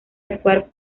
actuar